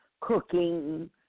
cooking